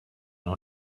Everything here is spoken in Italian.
non